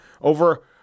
over